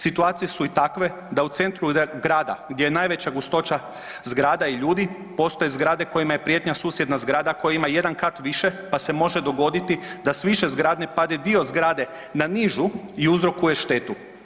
Situacije su i takve da u centru grada, gdje je najveća gustoća zgrada i ljudi, postoje zgrade kojima je prijetnja susjedna zgrada koja ima 1 kat više pa se može dogoditi da s više zgrade padne dio zgrade na nižu i uzrokuje štetu.